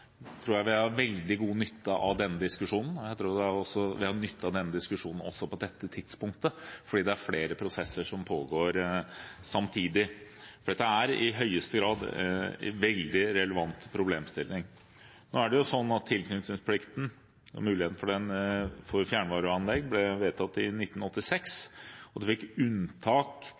tror jeg vi har veldig god nytte av denne diskusjonen, og jeg tror vi har nytte av denne diskusjonen også på dette tidspunktet, fordi det er flere prosesser som pågår samtidig. Dette er i høyeste grad en relevant problemstilling. Nå er det jo sånn at tilknytningsplikten til fjernvarmeanlegg ble vedtatt i 1986 og muligheten for å tillate unntak for bygg med en bedre miljøløsning i